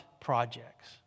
projects